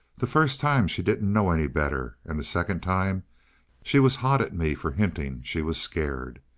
the first time she didn't know any better and the second time she was hot at me for hinting she was scared.